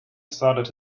started